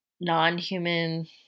non-human